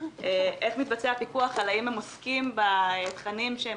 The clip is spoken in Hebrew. איך מתבצע פיקוח האם הם עוסקים בתכנים שהם